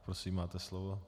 Prosím, máte slovo.